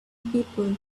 people